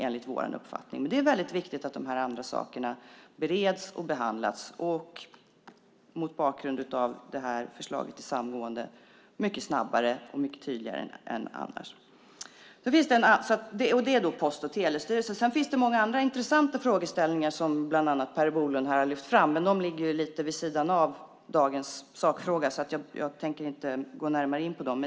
Det är viktigt att de här frågorna bereds och behandlas mycket snabbare och tydligare än annars mot bakgrund av förslaget om samgående. Det gäller alltså Post och telestyrelsen. Det finns många andra intressanta frågeställningar som bland andra Per Bolund har lyft fram, men de ligger lite vid sidan om dagens sakfråga så jag tänker inte gå in närmare på dem.